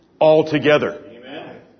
altogether